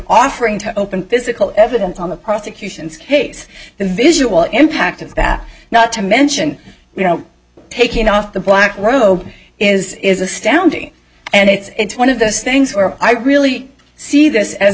offering to open physical evidence on the prosecution's case the visual impact of that not to mention you know taking off the black robe is is astounding and it's one of those things where i really see th